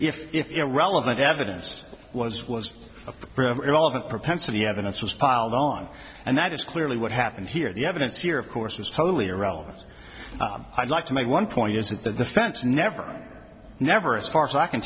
if irrelevant evidence was was forever irrelevant propensity evidence was piled on and that is clearly what happened here the evidence here of course was totally irrelevant i'd like to make one point is that the defense never never as far as i can